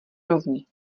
rovni